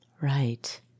Right